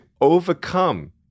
overcome